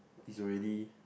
is already